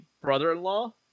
brother-in-law